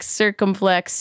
circumflex